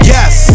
Yes